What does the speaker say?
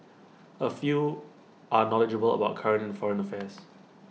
A few are knowledgeable about current and foreign affairs